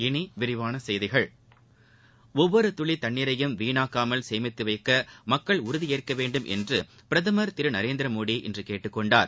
இனி விரிவான செய்திகள் ஒவ்வொரு துளி தண்ணீரையும் வீணாக்காமல் சேமித்து வைக்க மக்கள் உறுதியேற்க வேண்டும் என்று பிரதமர் திரு நரேந்திரமோடி இன்று கேட்டுக்கொண்டார்